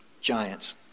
giants